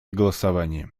голосовании